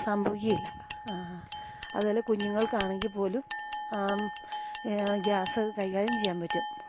സംഭവിക്കുക ഇല്ല അത്പോലെ കുഞ്ഞുങ്ങൾക്ക് ആണെങ്കിപ്പോലും ഗ്യാസ് കൈകാര്യം ചെയ്യാൻ പറ്റും